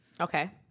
Okay